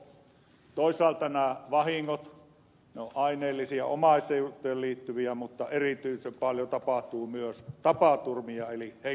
toisaalta nämä vahingot ovat aineellisia omaisuuteen liittyviä mutta erityisen paljon tapahtuu myös tapaturmia eli henkilövahinkoja